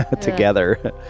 together